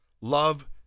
Love